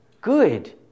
Good